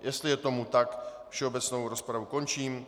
Jestli je tomu tak, všeobecnou rozpravu končím.